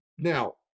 Now